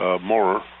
more